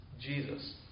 Jesus